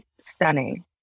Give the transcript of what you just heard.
stunning